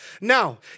Now